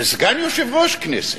של סגן יושב-ראש כנסת,